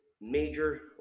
major